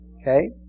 Okay